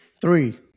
Three